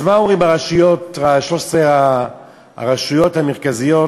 אז מה אומרים ב-13 הרשויות המרכזיות